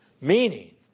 Meaning